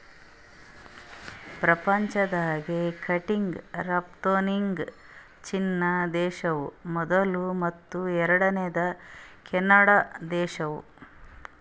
ಪ್ರಪಂಚ್ದಾಗೆ ಕಟ್ಟಿಗಿ ರಫ್ತುನ್ಯಾಗ್ ಚೀನಾ ದೇಶ್ದವ್ರು ಮೊದುಲ್ ಮತ್ತ್ ಎರಡನೇವ್ರು ಕೆನಡಾ ದೇಶ್ದವ್ರು